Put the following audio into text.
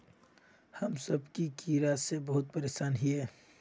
हम सब की कीड़ा से बहुत परेशान हिये?